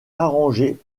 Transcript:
arrangées